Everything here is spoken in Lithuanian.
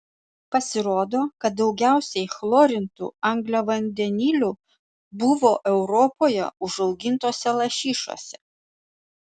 pasirodo kad daugiausiai chlorintų angliavandenilių buvo europoje užaugintose lašišose